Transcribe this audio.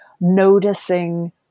noticing